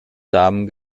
samen